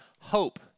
hope